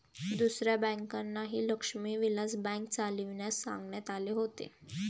दुसऱ्या बँकांनाही लक्ष्मी विलास बँक चालविण्यास सांगण्यात आले होते